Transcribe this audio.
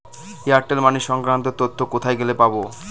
Airtel money সংক্রান্ত তথ্য কোথায় গেলে পাব?